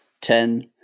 Ten